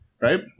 Right